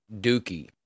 Dookie